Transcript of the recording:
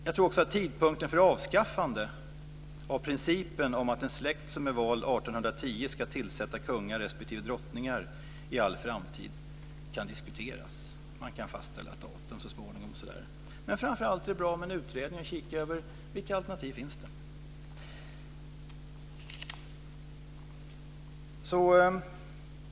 Jag tror också att tidpunkten för avskaffande av principen att en släkt som är vald 1810 ska tillsätta kungar respektive drottningar i all framtid kan diskuteras. Man kan fastställa ett datum så småningom. Men framför allt är det bra med en utredning som kan kika på vilka alternativ som finns.